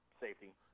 safety